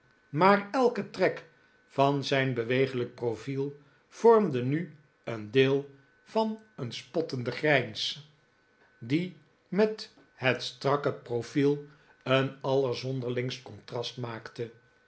maar elke trek van zijn beweeglijk profiel vormde nu een deel van een spottende grijns die met het strakke profiel een allerzonderlingst contrast maakte